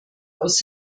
aus